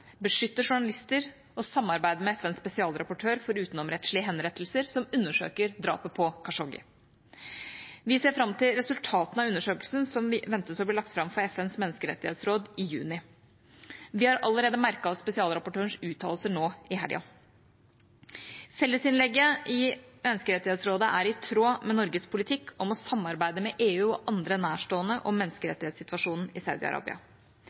beskytte journalister og samarbeide med FNs spesialrapportør for utenomrettslige henrettelser, som undersøker drapet på Khashoggi. Vi ser fram til resultatene av undersøkelsen, som ventes å bli lagt fram for FNs menneskerettighetsråd i juni. Vi har allerede merket oss spesialrapportørens uttalelser nå i helga. Fellesinnlegget i Menneskerettighetsrådet er i tråd med Norges politikk om å samarbeide med EU og andre nærstående om menneskerettighetssituasjonen i